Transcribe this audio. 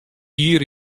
ier